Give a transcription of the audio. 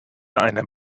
einer